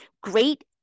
Great